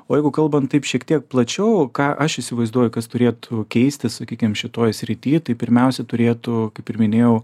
o jeigu kalbant taip šiek tiek plačiau ką aš įsivaizduoju kas turėtų keistis sakykim šitoj srity tai pirmiausia turėtų kaip ir minėjau